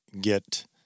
get